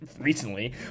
recently